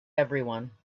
everyone